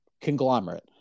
conglomerate